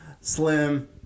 Slim